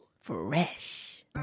fresh